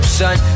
son